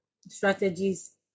strategies